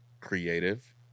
creative